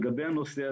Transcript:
לגבי הנושא הזה,